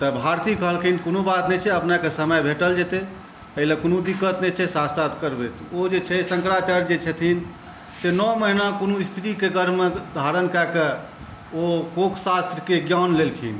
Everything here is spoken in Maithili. तऽ भारती कहलखिन कोनो बात नहि छै अपनेके समय भेटल जेतै एहिलए कोनो दिक्कत नहि छै शास्त्रार्थ करबै ओ जे छै शंकराचार्य जे छथिन से नओ महिना कोनो स्त्रीके गर्भमे धारण करिकऽ ओ कोक शास्त्रके ज्ञान लेलखिन